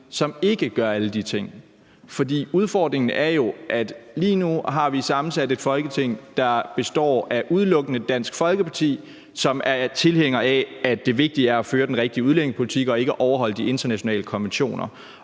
som ikke gør alle de ting. For udfordringen er jo, at lige nu har vi sammensat et Folketing, hvor udelukkende Dansk Folkeparti er tilhængere af, at det vigtige er at føre den rigtige udlændingepolitik og ikke overholde de internationale konventioner.